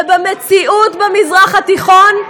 ובמציאות במזרח התיכון,